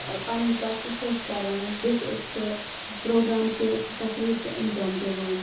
پَنٕنۍ کَتھ تہِ چھِ أسۍ کَران بیٚیہِ چھِ أسۍ سُہ پرٛوگرام تہِ سُہ تقریٖر تہِ اَنجام دِوان